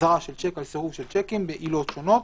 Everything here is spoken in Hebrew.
החזרה של שיק, על סירוב של שיקים בעילות שונות.